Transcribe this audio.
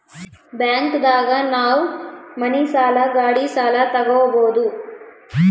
bank ದಾಗ ನಾವ್ ಮನಿ ಸಾಲ ಗಾಡಿ ಸಾಲ ತಗೊಬೋದು